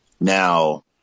Now